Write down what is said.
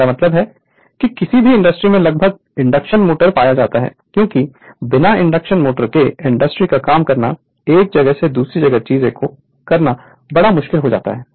मेरा मतलब है कि सभी इंडस्ट्री में लगभग इंडक्शन मोटर पाया जाता है क्योंकि बिना इंडक्शन मोटर के इंडस्ट्री में काम करना एक जगह से दूसरी जगह चीजों को करना बहुत मुश्किल हो जाता है